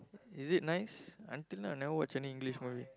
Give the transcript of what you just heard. is it nice until now I never watch any English movie